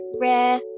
rare